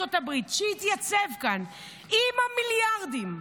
ארצות הברית שהתייצב כאן עם המיליארדים,